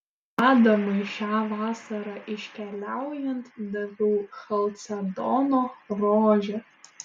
adamui šią vasarą iškeliaujant daviau chalcedono rožę